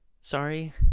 Sorry